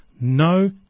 no